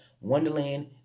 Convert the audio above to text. Wonderland